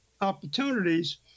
opportunities